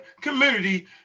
community